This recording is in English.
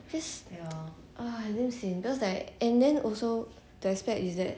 because ah I damm sian because like and then also the aspect is that